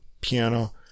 piano